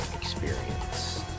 experience